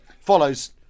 follows